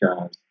guys